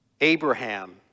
Abraham